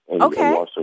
Okay